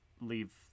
leave